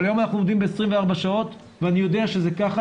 אבל היום אנחנו עומדים ב-24 שעות ואני יודע שזה כך,